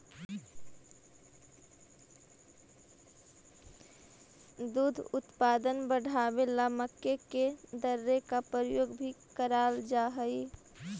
दुग्ध उत्पादन बढ़ावे ला मक्के के दर्रे का प्रयोग भी कराल जा हई